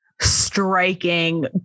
striking